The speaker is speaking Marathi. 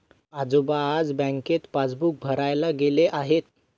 आजोबा आज बँकेत पासबुक भरायला गेले आहेत